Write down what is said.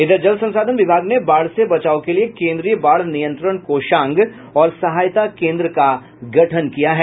इधर जल संसाधन विभाग ने बाढ़ से बचाव के लिए केन्द्रीय बाढ़ नियंत्रण कोषांग और सहायता केन्द्र का गठन किया है